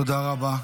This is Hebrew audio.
תודה רבה.